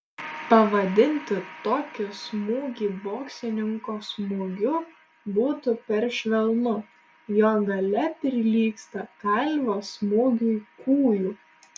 pavadinti tokį smūgį boksininko smūgiu būtų per švelnu jo galia prilygsta kalvio smūgiui kūju